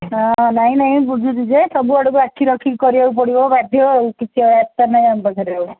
ହଁ ନାଇଁ ନାଇଁ ବୁଝୁଛି ଯେ ସବୁ ଆଡ଼ୁକୁ ଆଖି ରଖିକି କରିବାକୁ ପଡ଼ିବ ବାଧ୍ୟ ଆଉ କିଛି ଆଉ ରାସ୍ତା ନାହିଁ ଆମ ପାଖରେ ଆଉ